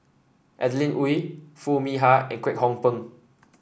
Adeline Ooi Foo Mee Har and Kwek Hong Png